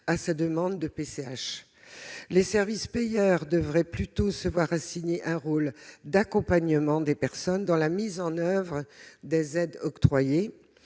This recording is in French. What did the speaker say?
à sa demande de PCH. Les services payeurs devraient plutôt se voir assigner un rôle d'accompagnement des personnes dans la mise en oeuvre des aides octroyées.